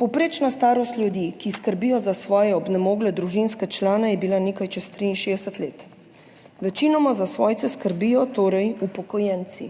Povprečna starost ljudi, ki skrbijo za svoje onemogle družinske člane, je bila nekaj čez 63 let. Večinoma za svojce skrbijo upokojenci.